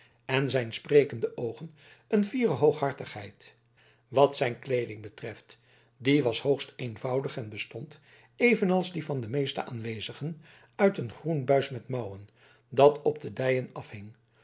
en zijn sprekende oogen een fiere hooghartigheid wat zijn kleeding betreft die was hoogst eenvoudig en bestond evenals die van de meeste aanwezigen uit een groen buis met mouwen dat op de dijen afhing